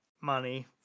Money